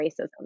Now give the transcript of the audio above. racism